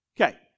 Okay